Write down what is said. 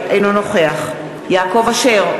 אינו נוכח יעקב אשר,